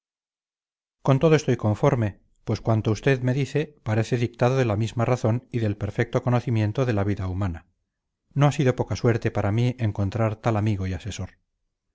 con todo estoy conforme pues cuanto usted me dice parece dictado de la misma razón y del perfecto conocimiento de la vida humana no ha sido poca suerte para mí encontrar tal amigo y asesor